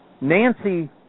Nancy